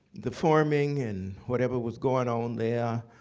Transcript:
the forming and whatever was going on there,